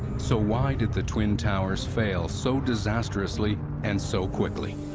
so why did the twin towers fail so disastrously and so quickly?